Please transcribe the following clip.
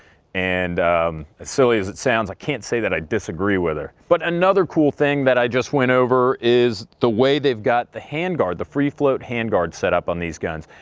and as silly as it sounds, i can't say that i disagree with her. but another cool thing that i just went over is the way they've got the handguard. the free float handguard setup on these guns.